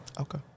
Okay